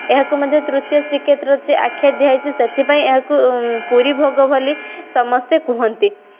ଏହାକୁ ମଧ୍ୟ ତୃତୀୟ ଶ୍ରୀକ୍ଷେତ୍ର ଆଖ୍ୟା ଦିଆଯାଇଛି ସେଥିପାଇଁ ଏହାକୁ ପୁରୀ ଭୋଗ ବୋଲି ସମସ୍ତେ କୁହନ୍ତି